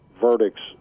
verdicts